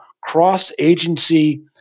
cross-agency